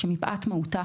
שמפאת מהותה,